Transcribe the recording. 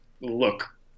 look